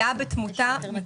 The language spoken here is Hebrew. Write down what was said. ועלייה בתמותה.